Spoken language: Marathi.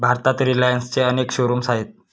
भारतात रिलायन्सचे अनेक शोरूम्स आहेत